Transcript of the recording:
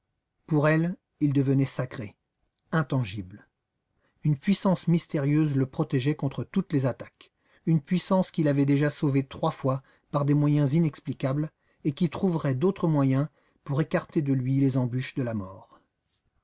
pour elle il devenait sacré intangible une puissance mystérieuse le protégeait contre toutes les attaques une puissance qui l'avait déjà sauvé trois fois par des moyens inexplicables et qui trouverait d'autres moyens pour écarter de lui les embûches de la mort